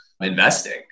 investing